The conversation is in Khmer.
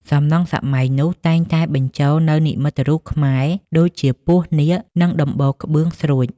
សំណង់សម័យនោះតែងតែបញ្ជូលនូវនិមិត្តរូបខ្មែរ ដូចជាពស់នាគ និងដំបូលក្បឿងស្រួច។